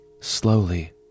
Slowly